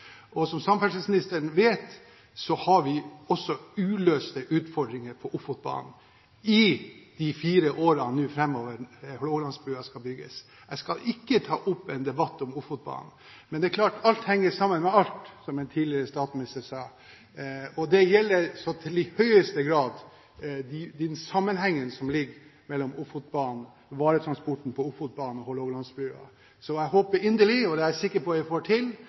nordover. Som samferdselsministeren vet, har vi også uløste utfordringer på Ofotbanen i de fire årene framover som Hålogalandsbrua skal bygges. Jeg skal ikke ta opp en debatt om Ofotbanen. Men det er klart at alt henger sammen med alt, som en tidligere statsminister sa, og det gjelder i høyeste grad den sammenhengen som ligger mellom Ofotbanen, varetransporten på Ofotbanen og Hålogalandsbrua. Så jeg håper inderlig – og det er jeg sikker på at man får til,